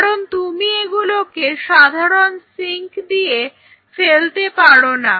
কারণ তুমি এগুলোকে সাধারণ সিঙ্ক দিয়ে ফেলতে পারো না